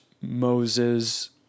Moses